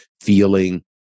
feeling